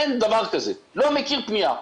אין דבר כזה, לא מכיר פנייה.